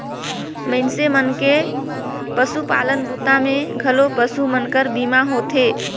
मइनसे मन के पसुपालन बूता मे घलो पसु मन कर बीमा होथे